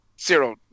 zero